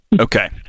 Okay